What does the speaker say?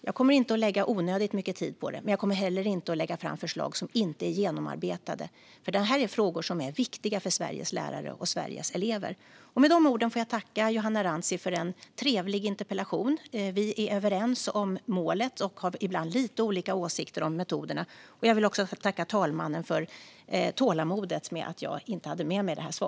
Jag kommer inte att lägga onödigt mycket tid på detta. Men jag kommer heller inte att lägga fram förslag som inte är genomarbetade, för det här är frågor som är viktiga för Sveriges lärare och elever. Med de orden får jag tacka Johanna Rantsi för en trevlig interpellation. Vi är överens om målet men har ibland lite olika åsikter om metoderna.